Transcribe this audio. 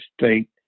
state